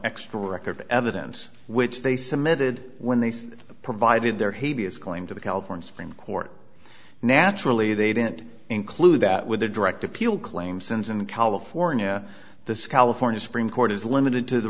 extra record evidence which they submitted when they provided their havey as going to the california supreme court naturally they didn't include that with a direct appeal claim since in california this california supreme court is limited to the